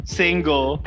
single